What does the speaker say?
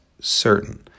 certain